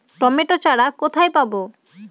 Tomato চারা কোথায় পাবো?